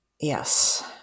yes